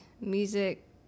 music